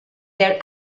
their